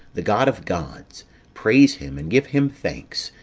the god of gods praise him, and give him thanks,